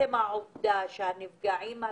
העובדים.